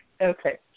Okay